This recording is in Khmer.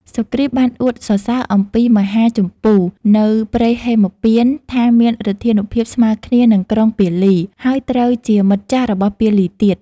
សុគ្រីពបានអួតសរសើរអំពី មហាជម្ពូ នៅព្រៃហេមពាន្តថាមានឫទ្ធានុភាពស្មើគ្នា នឹងក្រុងពាលី ហើយត្រូវជាមិត្តចាស់របស់ពាលីទៀត។